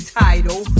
title